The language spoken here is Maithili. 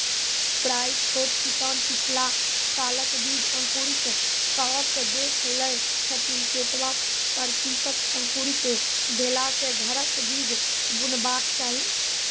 प्रायः छोट किसान पिछला सालक बीज अंकुरित कअक देख लै छथिन, केतबा प्रतिसत अंकुरित भेला सऽ घरक बीज बुनबाक चाही?